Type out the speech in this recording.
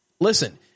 Listen